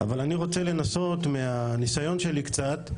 אבל אני רוצה לנסות מהניסיון שלי קצת,